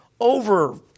over